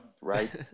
right